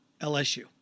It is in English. LSU